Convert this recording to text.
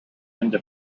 into